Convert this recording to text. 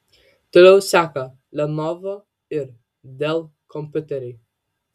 toliau seka lenovo ir dell kompiuteriai